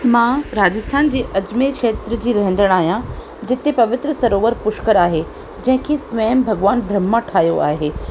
मां राजस्थान जे अजमेर खेत्र जी रहंदड़ आहियां जिते पवित्र सरोवर पुष्कर आहे जंहिंखे स्वयं भॻवानु ब्रह्मा ठाहियो आहे